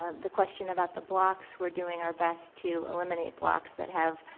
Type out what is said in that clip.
ah the question about the blocks, we're doing our best to eliminate blocks that have